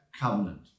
covenant